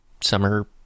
summer